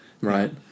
right